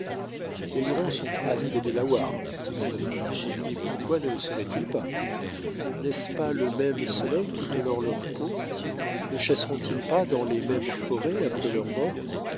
les hurons sont amis des delawares dit magua et pourquoi ne le seraient-ils pas n'est-ce pas le même soleil qui colore leur peau ne chasseront ils pas dans les mêmes forêts après leur mort